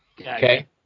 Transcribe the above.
Okay